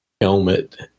helmet